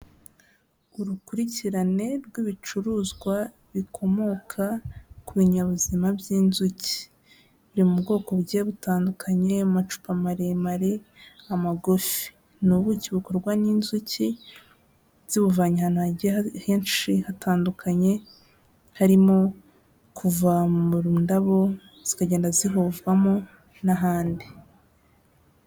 Urukurikirane rw'ibicuruzwa bikomoka ku binyabuzima by'inzuki, biri mu bwoko bwe butandukanye, amacupa maremare, amagufi, ni ubuki bukorwa n'inzuki zibuvanye ahantu henshi hatandukanye, harimo kuva mu ndabo zikagenda zihovwamo n'ahandi.